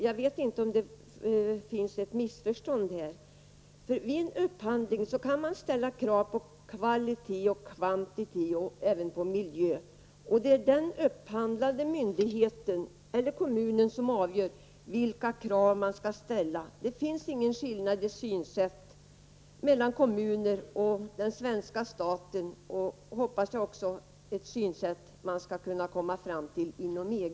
Jag vet inte om det här är fråga om ett missförstånd. Vid upphandling kan man ställa krav på kvalitet och kvantitet och även på miljön, och det är den upphandlande myndigheten eller kommunen som avgör vilka krav som skall ställas. Det finns ingen skillnad i synsätt mellan kommuner, den svenska staten och, hoppas jag, det synsätt som kommer att vara gällande inom EG.